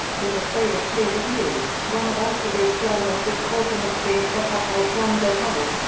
who's afraid of peer review one of elsevier's journals was caught in the sting set-up by john bohannon,